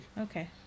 Okay